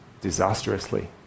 disastrously